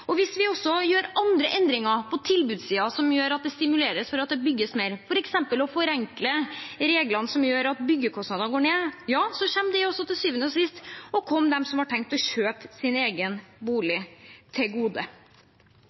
Og hvis vi også gjør andre endringer på tilbudssiden som gjør at det stimuleres til at det bygges mer, f.eks. å forenkle reglene som gjør at byggekostnadene går ned, vil det også til syvende og sist komme dem som har tenkt å kjøpe sin egen bolig, til gode.